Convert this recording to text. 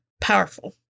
Powerful